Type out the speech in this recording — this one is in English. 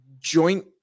joint